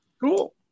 Cool